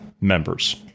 members